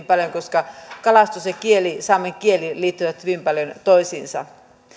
paljon kalastus ja saamen kieli liittyvät hyvin paljon toisiinsa